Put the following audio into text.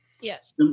Yes